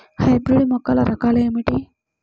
Hybrid మొక్కల రకాలు ఏమిటీ?